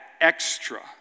extra